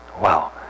Wow